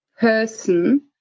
person